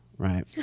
Right